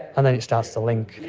and then it starts to link.